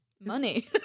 Money